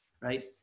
right